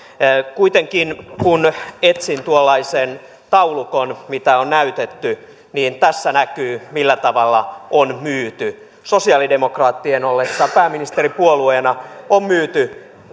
kuitenkin kun etsin tuollaisen taulukon mitä on näytetty niin tässä näkyy millä tavalla on myyty sosialidemokraattien ollessa pääministeripuolueena on myyty